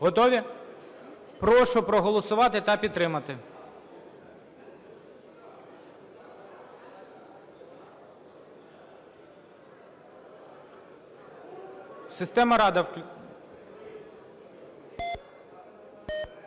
Готові? Прошу проголосувати та підтримати. Система "Рада".